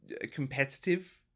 competitive